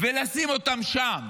ולשים אותם שם.